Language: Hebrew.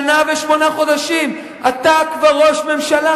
שנה ושמונה חודשים אתה כבר ראש ממשלה.